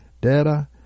data